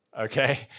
okay